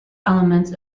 elements